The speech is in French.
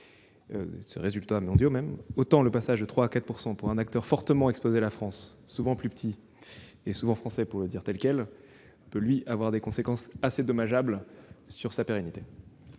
ses résultats mondiaux. En revanche, le passage de 3 % à 4 % pour un acteur fortement exposé en France, souvent plus petit, et souvent français pour le dire franchement, peut, lui, avoir des conséquences assez dommageables sur sa pérennité.